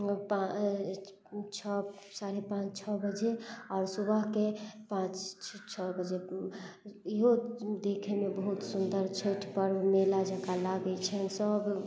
पाँच छओ साढ़े पाँच छओ बजे आओर सुबहके पाँच छओ बजे इहो देखैमे बहुत सुन्दर छठि पर्व मेला जकाँ लागै छै सब